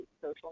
social